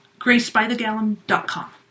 GraceByTheGallum.com